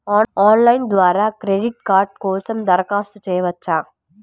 Online ద్వారా credit card కోసం దరఖాస్తు చేయవచ్చా?